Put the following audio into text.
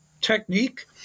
technique